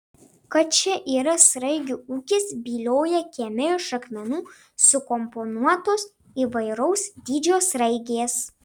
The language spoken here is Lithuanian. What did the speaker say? kad čia yra sraigių ūkis byloja kieme iš akmenų sukomponuotos įvairaus dydžio sraigės